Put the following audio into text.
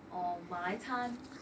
or 马来餐